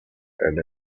and